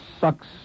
sucks